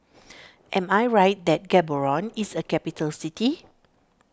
am I right that Gaborone is a capital city